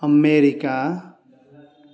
America